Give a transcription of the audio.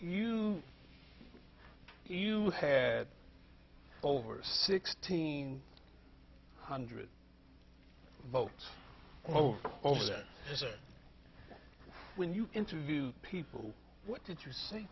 you you had over sixteen hundred votes oh over there when you interview people what did you say